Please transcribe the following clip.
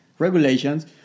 Regulations